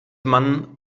man